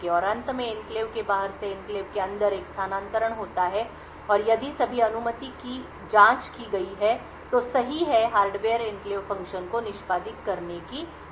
और अंत में एन्क्लेव के बाहर से एन्क्लेव के अंदर एक स्थानांतरण होता है और यदि सभी अनुमति की जांच की गई है तो सही है हार्डवेयर एन्क्लेव फ़ंक्शन को निष्पादित करने की अनुमति देगा